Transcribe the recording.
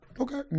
Okay